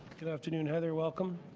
good afternoon, hetar welcome.